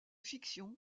fiction